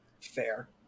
fair